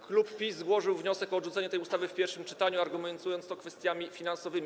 Klub PiS złożył wniosek o odrzucenie tej ustawy w pierwszym czytaniu, argumentując to kwestiami finansowymi.